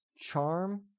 charm